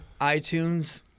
iTunes